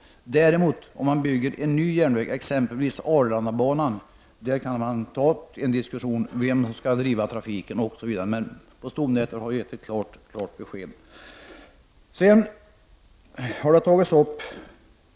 Om det däremot är fråga om att bygga en ny järnväg, som exempelvis Arlandabanan, kan vi ta upp till diskussion vem som skall driva trafiken. Behovet av investeringar i järnvägsnätet har tagits upp